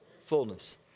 Fullness